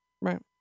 right